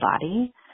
body